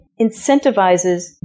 incentivizes